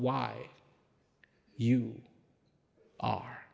why you are